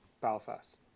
Belfast